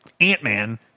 Ant-Man